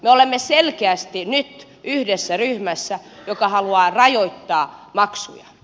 me olemme selkeästi nyt yhdessä ryhmässä joka haluaa rajoittaa maksuja